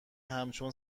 همچون